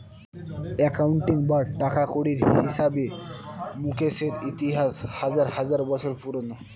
accounting বা টাকাকড়ির হিসাবে মুকেশের ইতিহাস হাজার হাজার বছর পুরোনো